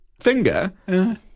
finger